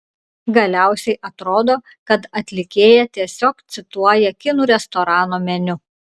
galiausiai atrodo kad atlikėja tiesiog cituoja kinų restorano meniu